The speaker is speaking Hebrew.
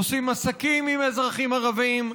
עושים עסקים עם אזרחים ערבים,